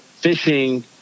fishing